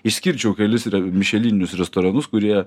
išskirčiau kelis mišelininius restoranus kurie